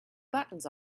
buttons